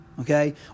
okay